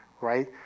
right